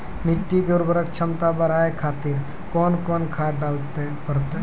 मिट्टी के उर्वरक छमता बढबय खातिर कोंन कोंन खाद डाले परतै?